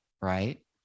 right